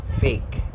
fake